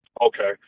Okay